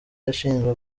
ashinjwa